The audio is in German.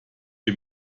wie